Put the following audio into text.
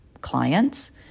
clients